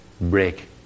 break